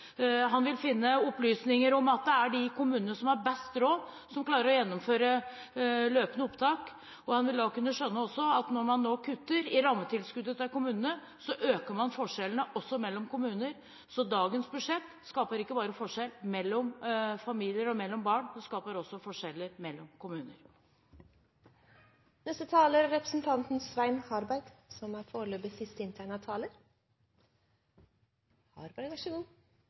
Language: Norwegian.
Han vil finne opplysninger om at det er de kommunene som har best råd, som klarer å gjennomføre løpende opptak, og han vil da også kunne skjønne at når man nå kutter i rammetilskuddet til kommunene, så øker man forskjellene også mellom kommuner. Dagens budsjett skaper ikke bare forskjeller mellom familier og mellom barn, det skaper også forskjeller mellom kommuner. Representanten Svein Harberg